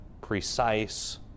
precise